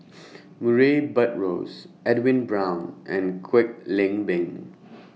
Murray Buttrose Edwin Brown and Kwek Leng Beng